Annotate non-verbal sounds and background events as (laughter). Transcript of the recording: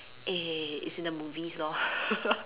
eh it's in the movies lor (laughs)